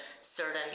certain